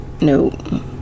No